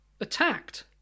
Attacked